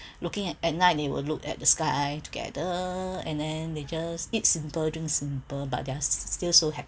looking at at night they would look at the sky together and then they just eat simple drink simple but they're still so happy